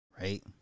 right